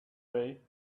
way